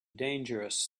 dangerous